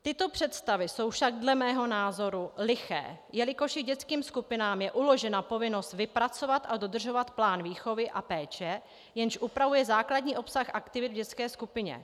Tyto představy jsou však dle mého názoru liché, jelikož i dětským skupinám je uložena povinnost vypracovat a dodržovat plán výchovy a péče, jenž upravuje základní obsah aktivit v dětské skupině.